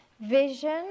Vision